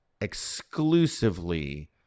exclusively